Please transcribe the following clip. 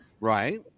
Right